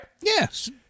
Yes